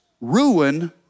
ruin